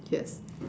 yes